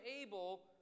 able